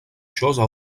choses